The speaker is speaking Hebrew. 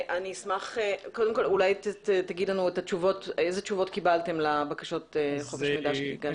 קודם כל אולי תגיד לנו איזה תשובות קיבלתם לבקשות חופש מידע שהגשתם.